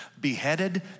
Beheaded